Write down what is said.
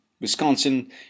wisconsin